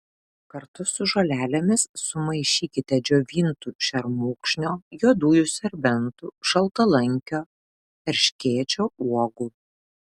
kartu su žolelėmis sumaišykite džiovintų šermukšnio juodųjų serbentų šaltalankio erškėčio uogų